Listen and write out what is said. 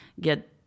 get